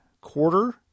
quarter